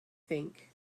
think